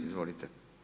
Izvolite.